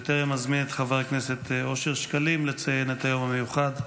בטרם אזמין את חבר הכנסת אושר שקלים לציין את היום המיוחד,